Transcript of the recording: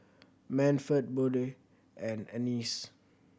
Manford Bode and Anice